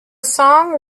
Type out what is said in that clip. song